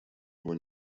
его